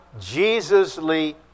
Jesusly